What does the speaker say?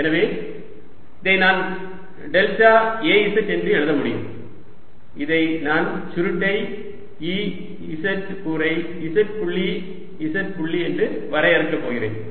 எனவே இதை நான் டெல்டா Az என்று எழுத முடியும் இதை நான் சுருட்டை E z கூறை z புள்ளி z புள்ளி என வரையறுக்கப் போகிறேன்